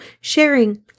sharing